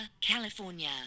California